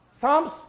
Psalms